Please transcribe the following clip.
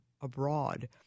abroad